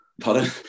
Pardon